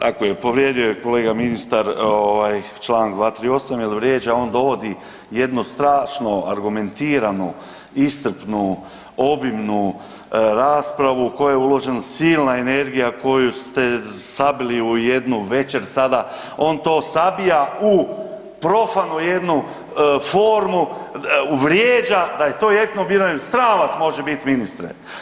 Tako je, povrijedio je kolega ministar ovaj čl. 238. jel vrijeđa, on dovodi jednu strašno argumentiranu iscrpnu obimnu raspravu u koju je uložena silna energija koju ste sabili u jednu večer sada, on to sabija u profanu jednu formu, vrijeđa da je to jeftino biranje, sram vas može bit ministre.